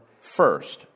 first